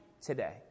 today